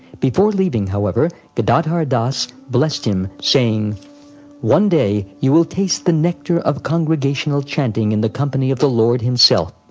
before leaving, however, gadadhar das blessed him one one day you will taste the nectar of congregational chanting in the company of the lord himself,